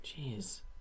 Jeez